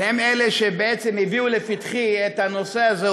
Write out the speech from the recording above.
שהם אלה שבעצם הביאו לפתחי את הנושא הזה,